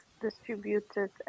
distributed